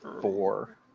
four